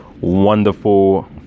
wonderful